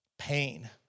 pain